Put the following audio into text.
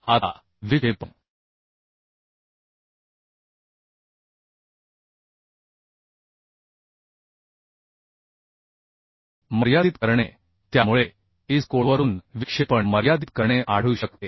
आता विक्षेपण मर्यादित करणे त्यामुळे IS कोडवरून विक्षेपण मर्यादित करणे आढळू शकते